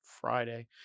Friday